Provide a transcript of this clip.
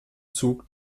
zug